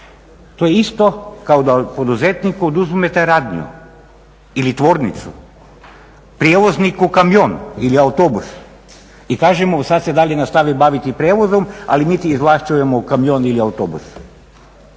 To je isto kao da poduzetniku oduzmete radnju ili tvornicu, prijevozniku kamion ili autobus i kažemo sada se dalje nastavi baviti prijevozom ali mi ti izvlašćujemo kamion ili autobus.